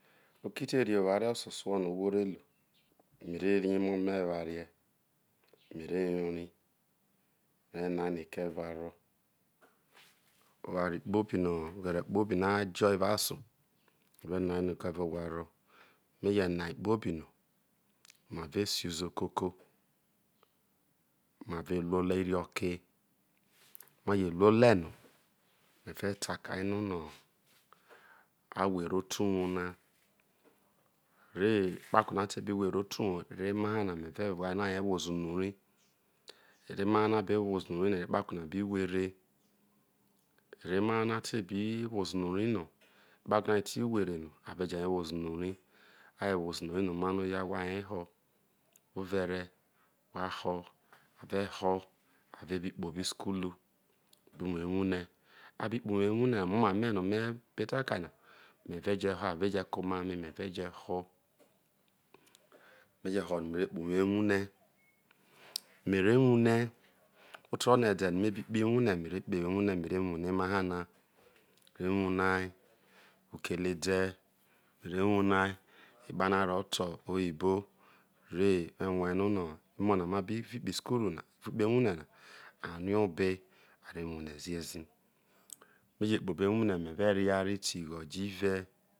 Oke te neh oware ososuo no ohwore ru mere rri emo me ware mere yoral meve noaiho kọ e̠ve̠ ha rro oware kpobrno oghere kpobi no ajo evao aso meve no ai no̠ ko̠ eve wha mo me je noai kpobino ma ve si uzoo koko ma veru ole irioke ma je ru ole no meve takae no wha hwere oto uwou na e ekpuko natebi hweke oto uwou nare ero emaha na me ue uvai no a nyei woze rai ero emaha na bi woze unu ero ekpako ba bi bwere ero emaha be wobe unu ral no ekpa na tebije hwere no a ve je nyai woze unv rai a je woze unu rai nome no oya wha ny arho overe wha ho ave ho ave kpoho isukulu obo uwor ewubre abr kpoh ouwor ewuhre me omame nomebetakar na me ve jeho ave je ke ome ame meve ho me je ho no me ve kpohu uwou ewuhre mere wuhre oterorio ede no ne bikpoho ewuhre me re kpoho iwuhre mere wuhre emaha. na mere wuhreai ukele ede mere wuhreai epano arro ta oyi bore me rue no no emo nano abi i kpohu isukulu na kpoho ewuhre na a ne obe are wuhre zieei meje kpobo ewuhre meve via nteghojo iue